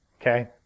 Okay